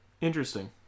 Interesting